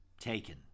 taken